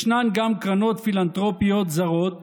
ישנן גם קרנות פילנתרופיות זרות